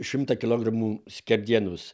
šimtą kilogramų skerdienos